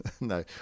No